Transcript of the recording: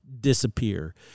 disappear